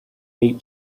date